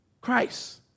Christ